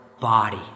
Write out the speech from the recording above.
body